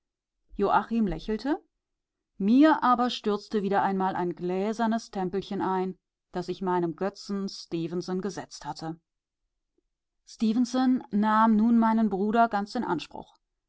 lächelte mir aber stürzte wieder einmal ein gläsernes tempelchen ein in das ich meinen götzen stefenson gesetzt hatte stefenson nahm nun meinen bruder ganz in anspruch